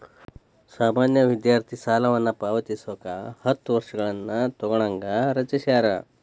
ಸಾಮಾನ್ಯ ವಿದ್ಯಾರ್ಥಿ ಸಾಲವನ್ನ ಪಾವತಿಸಕ ಹತ್ತ ವರ್ಷಗಳನ್ನ ತೊಗೋಣಂಗ ರಚಿಸ್ಯಾರ